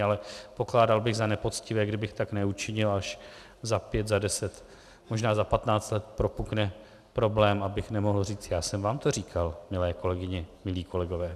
Ale pokládal bych za nepoctivé, kdybych tak neučinil, a až za pět, za deset, možná za patnáct let propukne problém, abych nemohl říct: já jsem vám to říkal, milé kolegyně, milí kolegové!